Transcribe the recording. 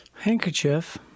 Handkerchief